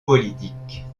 politique